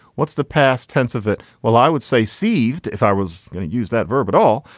what's the past tense of it? well, i would say seethed. if i was going to use that verb at all.